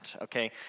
okay